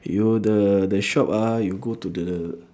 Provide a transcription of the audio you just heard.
your the the shop ah you go to the